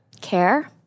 Care